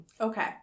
Okay